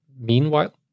meanwhile